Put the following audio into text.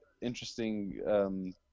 interesting